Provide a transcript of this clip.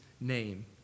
name